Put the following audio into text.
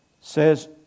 says